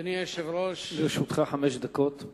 לרשותך חמש דקות.